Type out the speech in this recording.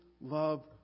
love